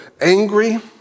angry